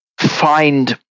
find